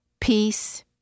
Peace